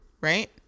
right